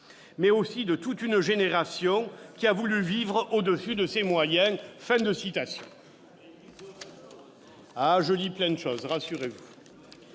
mais aussi toute une génération qui a voulu vivre au-dessus de ses moyens.